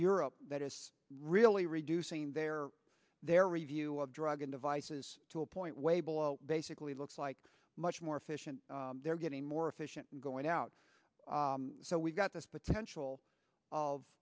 europe that is really reducing their their review of drug and devices to a point way below basically looks like much more efficient they're getting more efficient going out so we've got this potential of